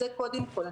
זה קודם כול.